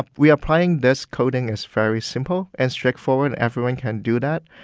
reapplying this coating is very simple and straightforward everyone can do that.